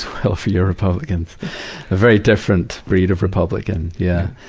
well for your republicans. a very different breed of republican, yeah.